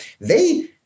they-